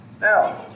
Now